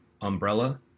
Umbrella